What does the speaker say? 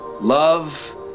love